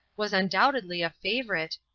was undoubtedly a favorite,